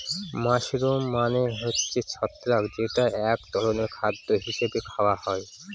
mushroom মানে হচ্ছে ছত্রাক যেটা এক ধরনের খাদ্য হিসাবে খাওয়া হয়